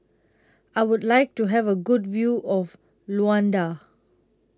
I Would like to Have A Good View of Luanda